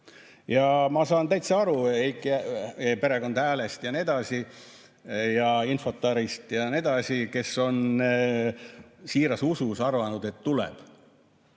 Ja ma saan täitsa aru perekond Häälest ja Infortarist ja nii edasi, kes on siiras usus arvanud, et tuleb,